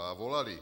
A volali.